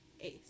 Ace